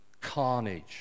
Carnage